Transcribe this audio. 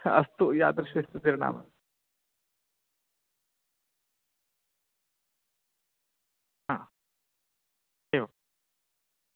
अस्तु यादृशिर्स्थितिर्नाम एवं